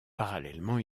parallèlement